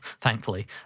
thankfully